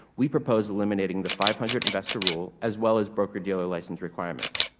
we propose eliminating the five hundred investor rule, as well as brokerdealer license requirements.